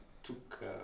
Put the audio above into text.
Took